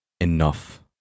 enough